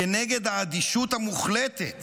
כנגד האדישות המוחלטת